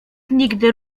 nigdy